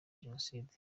jenoside